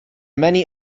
many